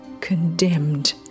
condemned